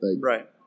right